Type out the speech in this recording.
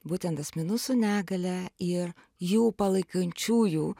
būtent asmenų su negalia ir jų palaikančiųjų